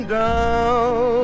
down